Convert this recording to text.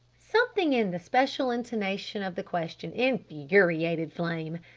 something in the special intonation of the question infuriated flame.